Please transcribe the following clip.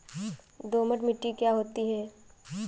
दोमट मिट्टी क्या होती हैं?